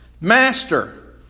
Master